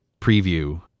preview